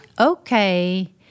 okay